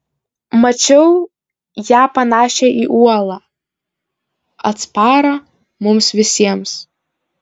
mačiau ją panašią į uolą atsparą mums visiems